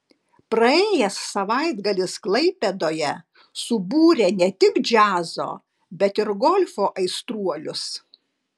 praėjęs savaitgalis klaipėdoje subūrė ne tik džiazo bet ir golfo aistruolius